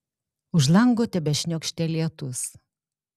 už lango tebešniokštė lietus